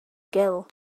gull